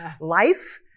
life